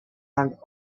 hands